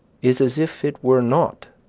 is as if it were not,